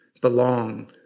belong